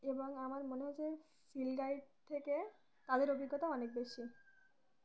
এবং আমার মনেহয়েছে ফিল্ড গাইড থেকে তাদের অভিজ্ঞতা অনেক বেশি